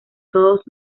todos